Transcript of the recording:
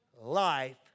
Life